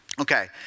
Okay